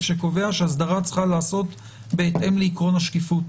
שקובע שאסדרה צריכה להיעשות בהתאם לעיקרון השקיפות.